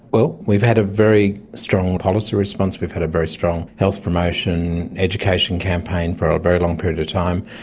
well, we've had a very strong policy response we've had a very strong health promotion, education campaign for a very long period of time.